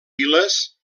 viles